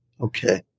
Okay